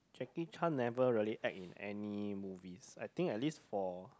Jackie-Chan never really act in any movies I think at least for